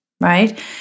right